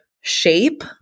shape